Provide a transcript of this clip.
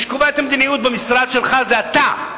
מי שקובע את המדיניות במשרד שלך זה אתה,